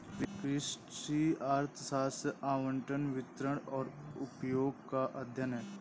कृषि अर्थशास्त्र आवंटन, वितरण और उपयोग का अध्ययन है